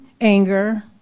anger